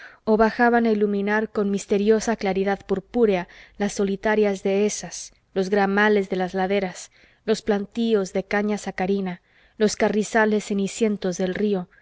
o bajaban a iluminar con misteriosa claridad purpúrea las solitarias dehesas los gramales de las laderas los plantíos de caña sacarina los carrizales cenicientos del río